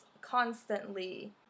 constantly